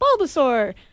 Bulbasaur